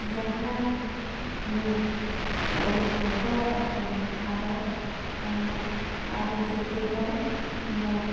ᱡᱟᱦᱟᱸᱭᱮ ᱚᱞ ᱦᱚᱴᱚᱣᱟᱠᱟᱫ ᱵᱚᱱᱟᱭ ᱟᱵᱚ ᱚᱱᱟ ᱟᱵᱚ ᱡᱚᱛᱚ ᱦᱚᱲ ᱵᱚᱱ